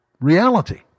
reality